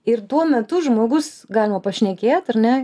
ir tuo metu žmogus galima pašnekėt ar ne